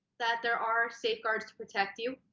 that there are safeguards to protect you,